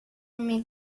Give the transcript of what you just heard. med